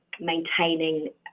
maintaining